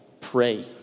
pray